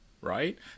right